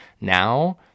Now